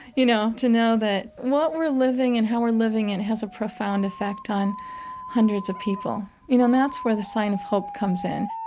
you know, to know that what we're living and how we're living, it has a profound effect on hundreds of people. you know, and that's where the sign of hope comes in